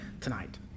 tonight